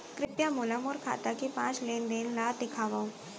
कृपया मोला मोर खाता के पाँच लेन देन ला देखवाव